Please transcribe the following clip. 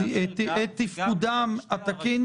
לאפשר את תפקודם התקין,